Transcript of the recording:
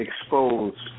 exposed